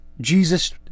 Jesus